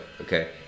Okay